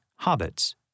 hobbits